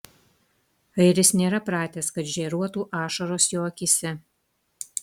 airis nėra pratęs kad žėruotų ašaros jo akyse